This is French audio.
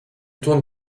tourne